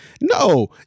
no